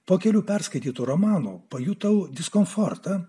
po kelių perskaitytų romanų pajutau diskomfortą